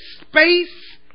space